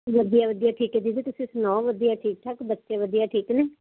ਵਧੀਆ ਵਧੀਆ ਠੀਕ ਹੈ ਦੀਦੀ ਤੁਸੀਂ ਸੁਣਾਓ ਵਧੀਆ ਠੀਕ ਠਾਕ ਬੱਚੇ ਵਧੀਆ ਠੀਕ ਨੇ